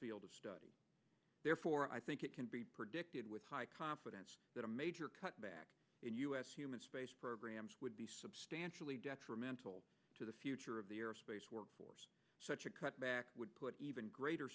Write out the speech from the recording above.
chose therefore i think it can be predicted with high confidence that a major cutback in u s human space programs would be substantially detrimental to the future of the aerospace workforce such a cutback would put even greater